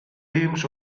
teams